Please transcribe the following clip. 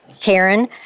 Karen